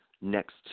next